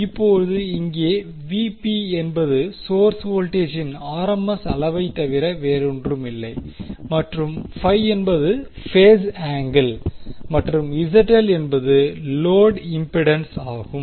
இப்போது இங்கே என்பது சோர்ஸ் வோல்டேஜின் ஆர்எம்எஸ் அளவைத் தவிர வேறொன்றுமில்லை மற்றும் என்பது பேஸ் ஆங்கிள் மற்றும் என்பது லோடு இம்பிடன்சாகும்